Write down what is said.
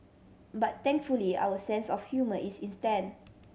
but thankfully our sense of humour is in stand